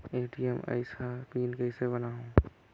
ATM आइस ह PIN कइसे बनाओ?